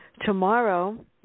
tomorrow